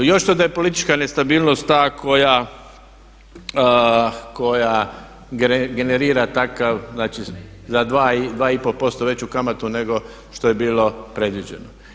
Još da je politička nestabilnost ta koja generira takav znači za 2,5% veću kamatu nego što je bilo predviđeno.